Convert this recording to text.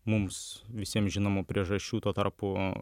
mums visiem žinomų priežasčių tuo tarpu